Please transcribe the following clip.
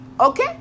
okay